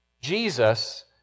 Jesus